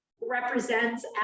represents